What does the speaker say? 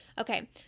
Okay